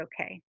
okay